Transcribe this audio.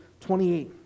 28